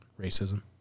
racism